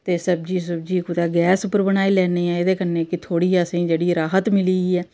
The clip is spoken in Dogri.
ते सब्जी बगैरा कुतै गैस उप्पर बनाई लैन्ने ऐ एह्दे कन्नै कि थोह्ड़ी असेंगी राहत मिली गेई ऐ